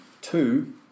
Two